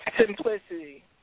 Simplicity